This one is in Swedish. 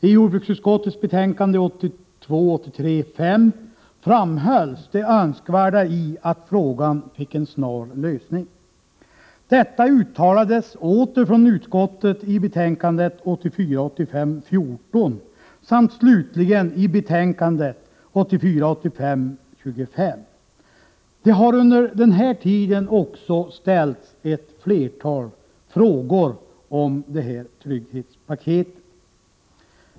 I jordbruksutskottets betänkande 1982 85:14 samt slutligen i betänkandet 1984/85:25. Det har under den här tiden också ställts ett flertal frågor om detta trygghetspaket.